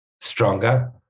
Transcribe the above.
stronger